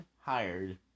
hired